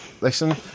listen